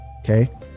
Okay